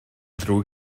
ddrwg